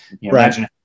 Imagine